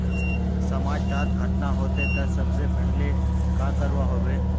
समाज डात घटना होते ते सबसे पहले का करवा होबे?